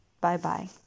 Bye-bye